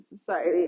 society